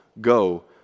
go